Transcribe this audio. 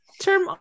term